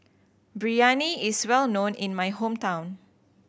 Biryani is well known in my hometown